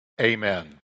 amen